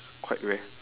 quite rare